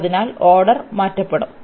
അതിനാൽ ഓർഡർ മാറ്റപ്പെടും